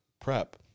prep